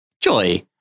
Joy